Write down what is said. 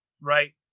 right